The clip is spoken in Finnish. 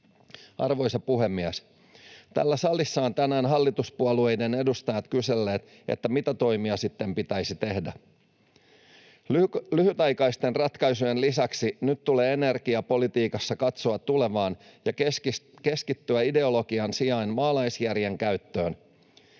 Arvoisa puhemies! Täällä salissa ovat tänään hallituspuolueiden edustajat kyselleet, mitä toimia sitten pitäisi tehdä. Lyhytaikaisten ratkaisujen lisäksi nyt tulee energiapolitiikassa katsoa tulevaan ja keskittyä ideologian sijaan maalaisjärjen käyttöön.